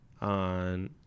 on